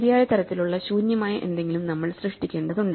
ശരിയായ തരത്തിലുള്ള ശൂന്യമായ എന്തെങ്കിലും നമ്മൾ സൃഷ്ടിക്കേണ്ടതുണ്ട്